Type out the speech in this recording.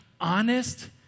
honest